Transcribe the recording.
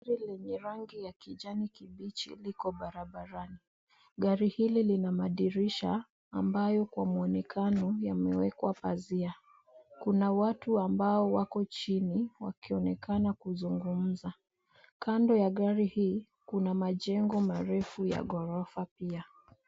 Gari lenye rangi ya kijani kibichi liko barabarani. Gari hili lina madirisha, ambayo kwa mwonekano yamewekwa pazia. Kuna watu ambao wako chini, wakionekana kuzungumza. Kando ya gari hii, kuna majengo marefu ya ghorofa pia.